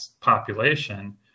population